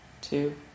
two